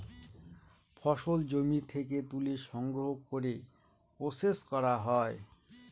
ফসল জমি থেকে তুলে সংগ্রহ করে প্রসেস করা হয়